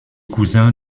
cousin